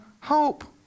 hope